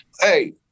hey